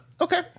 okay